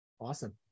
Awesome